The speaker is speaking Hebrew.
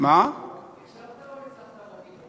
נכשלת או הצלחת בחינוך?